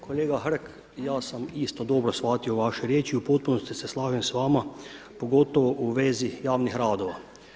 Kolega Hrg, ja sam isto dobro shvatio vaše riječi i u potpunosti se slažem s vama, pogotovo u vezi javnih radova.